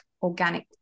organic